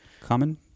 Common